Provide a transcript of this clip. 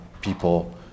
people